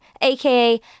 aka